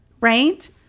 right